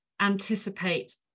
anticipate